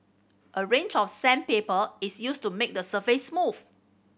a range of sandpaper is used to make the surface smooth